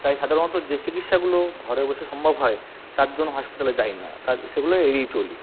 তাই সাধারণত যে চিকিৎসাগুলো ঘরে বসে সম্ভব হয় তার জন্য হাসপাতালে যাই না তা সেগুলো এড়িয়ে চলি